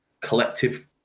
collective